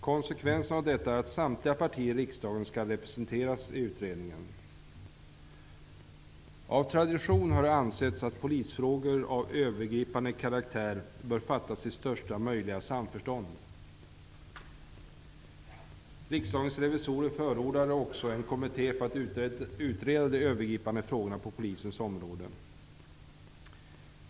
Konsekvensen av detta är att samtliga partier i riksdagen skall representeras i utredningen. Av tradition har det ansetts att beslut om polisfrågor av övergripande karaktär bör fattas i största möjliga samförstånd. Riksdagens revisorer förordade också en kommitté för att utreda de övergripande frågorna på polisens område.